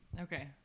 Okay